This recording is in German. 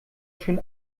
schön